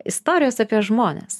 istorijos apie žmones